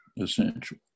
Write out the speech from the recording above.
essential